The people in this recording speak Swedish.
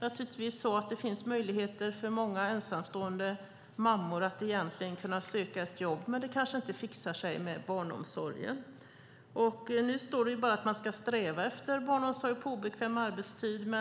Naturligtvis påverkas möjligheterna för ensamstående mammor att få jobb av att det kanske inte fixar sig med barnomsorgen. Nu står det bara att man ska sträva efter barnomsorg på obekväm arbetstid.